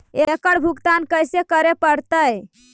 एकड़ भुगतान कैसे करे पड़हई?